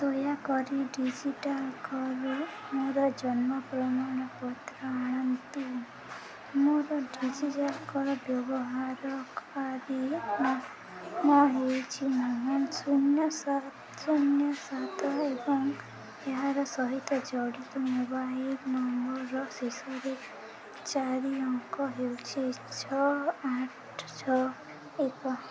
ଦୟାକରି D G ଲକର୍ରେ ମୋର ଜନ୍ମ ପ୍ରମାଣପତ୍ର ଆଣନ୍ତୁ ମୋର ଡି ଜି ଲକର୍ ବ୍ୟବହାରକାରୀ ନାମ ହେଉଛି ମୋହନ ଶୂନ ସାତ ଶୂନ ସାତ ଏବଂ ଏହାର ସହିତ ଜଡ଼ିତ ମୋବାଇଲ୍ ନମ୍ବର୍ର ଶେଷରେ ଚାରି ଅଙ୍କ ହେଉଛି ଛଅ ଆଠ ଛଅ ଏକ